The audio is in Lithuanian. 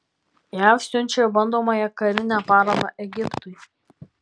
jav siunčia bandomąją karinę paramą egiptui